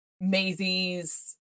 Maisie's